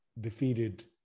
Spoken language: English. defeated